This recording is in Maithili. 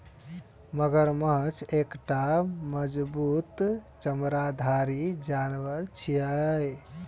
मगरमच्छ एकटा मजबूत चमड़ाधारी जानवर छियै